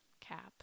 Cap